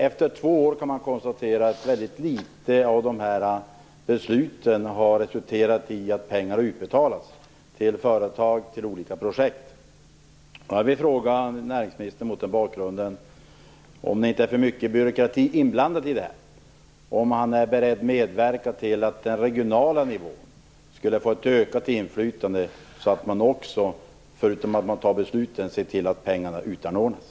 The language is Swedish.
Efter två år kan man konstatera att väldigt litet av besluten har resulterat i att pengar har utbetalats till företag och olika projekt. Jag vill fråga näringsministern om det inte är för mycket byråkrati inblandad i detta. Är näringsministern beredd att medverka till att den regionala nivån får ett ökat inflytande så att man, förutom att man tar besluten, ser till att pengarna utanordnas?